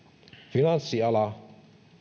finanssiala